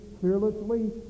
fearlessly